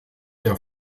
der